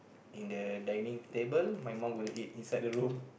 in the dining table my mum will eat inside the room